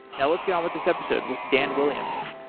now let's get on with this episode with dan williams